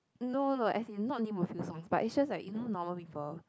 no no no as in not only a few songs but it's just like you know normal people